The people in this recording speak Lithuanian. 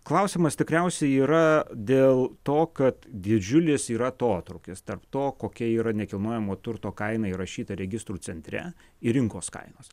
klausimas tikriausiai yra dėl to kad didžiulis yra atotrūkis tarp to kokia yra nekilnojamojo turto kaina įrašyta registrų centre ir rinkos kainos